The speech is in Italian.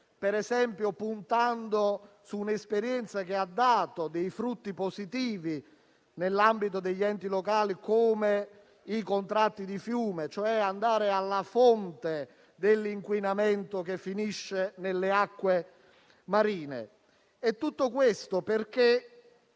per esempio puntando su una esperienza che ha dato dei frutti positivi nell'ambito degli enti locali, come i contratti di fiume, e cioè andare alla fonte dell'inquinamento che finisce nelle acque marine. Tutto questo perché